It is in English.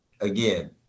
again